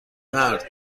مرد